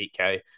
8K